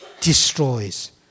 destroys